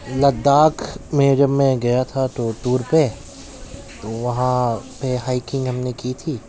لداخ میں جب میں گیا تھا تو ٹور پہ تو وہاں پہ ہیکنگ ہم نے کی تھی